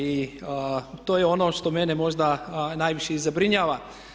I to je ono što mene možda najviše i zabrinjava.